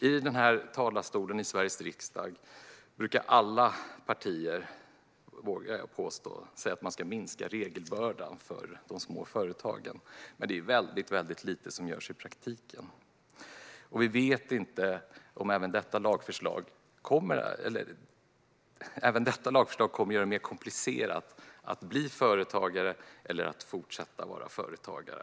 I den här talarstolen i Sveriges riksdag brukar alla partier, vågar jag påstå, säga att man ska minska regelbördan för de små företagen. Det är dock väldigt lite som görs i praktiken. Vi vet inte om även detta lagförslag kommer att göra det mer komplicerat att bli företagare eller att fortsätta vara företagare.